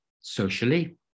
socially